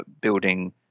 building